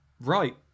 right